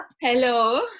Hello